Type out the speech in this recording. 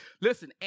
Listen